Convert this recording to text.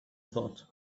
thought